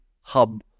hub